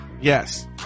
Yes